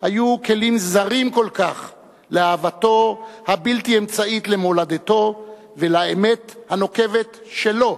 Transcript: היו כלים זרים כל כך לאהבתו הבלתי-אמצעית למולדתו ולאמת הנוקבת שלו,